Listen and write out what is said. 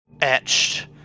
etched